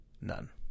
None